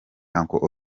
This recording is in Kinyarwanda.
uncle